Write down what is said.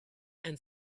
and